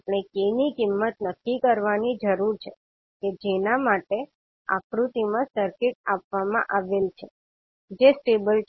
આપણે k ની કિંમત નક્કી કરવાની જરૂર છે કે જેના માટે આકૃતિ માં સર્કિટ આપવામાં આવેલ છે જે સ્ટેબલ છે